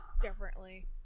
differently